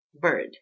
bird